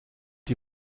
die